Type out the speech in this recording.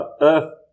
Earth